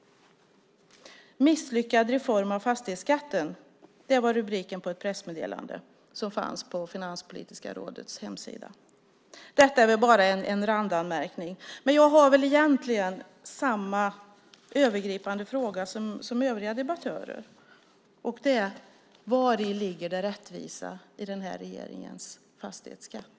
"Misslyckad reform av fastighetsskatten" var rubriken på ett pressmeddelande som fanns på Finanspolitiska rådets hemsida. Men detta är väl bara en randanmärkning. Egentligen har jag samma övergripande fråga som övriga debattörer här: Vari ligger det rättvisa i den här regeringens fastighetsskatt?